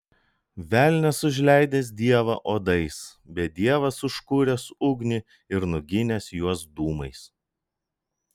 velnias užleidęs dievą uodais bet dievas užkūręs ugnį ir nuginęs juos dūmais